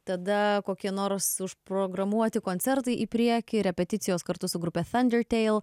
tada kokie nors užprogramuoti koncertai į priekį repeticijos kartu su grupe thundertale